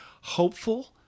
hopeful